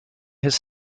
his